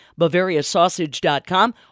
BavariaSausage.com